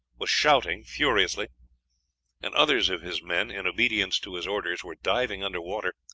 was shouting furiously and others of his men, in obedience to his orders, were diving under water.